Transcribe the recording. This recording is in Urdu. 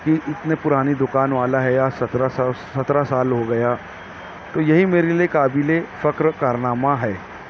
کی اتنے پرانی دوکان والا ہے آج سترہ سترہ سال ہو گیا تو یہی میرے لیے قابل فخر کارنامہ ہے